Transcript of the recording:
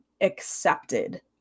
accepted